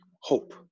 hope